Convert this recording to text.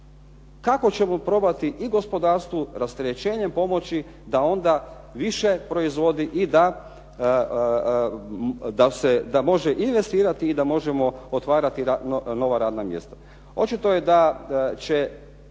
kako ćemo probati i gospodarstvu rasterećenjem pomoći da onda više proizvodi i da može investirati i da možemo otvarati nova radna mjesta. Očito je da će